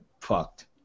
fucked